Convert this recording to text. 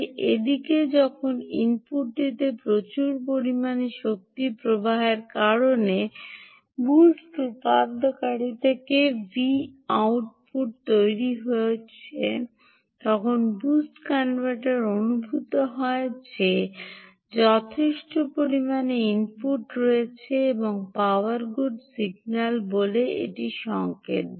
এদিকে যখন ইনপুটটিতে প্রচুর পরিমাণে শক্তি প্রবাহের কারণে বুস্ট রূপান্তরকারী থেকে আউটপুট তৈরি হওয়া শুরু হয় তখন বুস্ট কনভার্টর অনুভূত হয় যে যথেষ্ট পরিমাণে ইনপুট রয়েছে এবং পাওয়ার গুড সিগন্যাল বলে একটি সংকেত দেয়